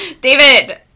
David